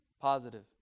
positive